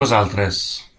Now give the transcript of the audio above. vosaltres